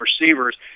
receivers